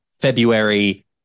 February